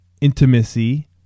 intimacy